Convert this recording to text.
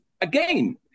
again